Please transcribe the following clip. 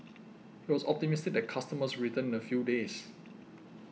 he was optimistic that customers would return in a few days